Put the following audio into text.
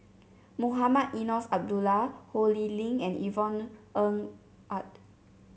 Mohamed Eunos Abdullah Ho Lee Ling and Yvonne Ng Uhde